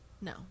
No